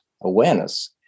Awareness